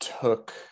took